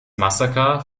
massaker